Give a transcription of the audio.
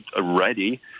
already